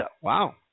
Wow